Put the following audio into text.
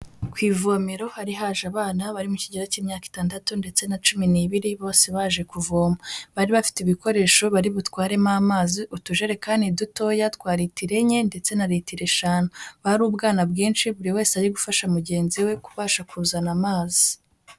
Ku ivomero hari haje abana bari mu kigero k'imyaka itandatu ndetse na cumi n'ibiri, bose baje kuvoma, bari bafite ibikoresho bari butwaremo amazi, utujerekani dutoya twa litiro enye ndetse na litiro eshanu, bari ubwana bwinshi buri wese ari gufasha mugenzi we kubasha kuzana amazi.